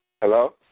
Hello